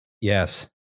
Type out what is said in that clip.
Yes